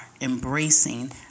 embracing